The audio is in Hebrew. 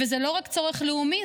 וזה לא רק צורך לאומי,